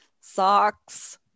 socks